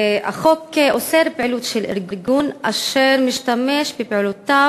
החוק אוסר פעילות של ארגון אשר משתמש בפעולותיו